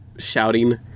shouting